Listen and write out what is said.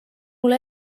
mul